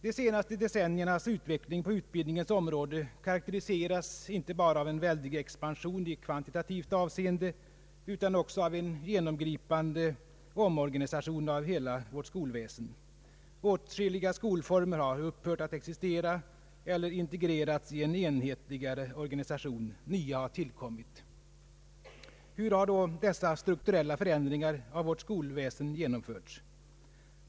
De senaste decenniernas utveckling på utbildningens område karakteriseras inte bara av en väldig expansion i kvantitativt avseende utan också av en genomgripande omorganisation av hela vårt skolväsen. Åtskilliga skolformer har upphört att existera eller integrerats i en enhetligare organisation. Nya har tillkommit. Hur har då dessa strukturella förändringar av vårt skolväsen genomförts?